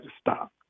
stop